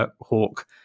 hawk